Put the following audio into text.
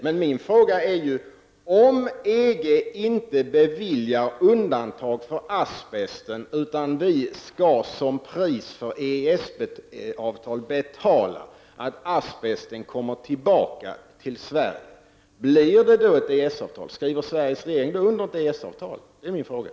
Men min fråga är: Om EG inte beviljar undantag för asbesten och priset för vår del för ett EES avtal blir att vi måste betala för att få tillbaka asbesten i Sverige, blir det då ett EES-avtal? Jag undrar alltså: Skriver Sveriges regering under ett EES avtal?